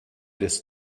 this